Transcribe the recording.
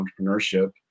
entrepreneurship